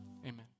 Amen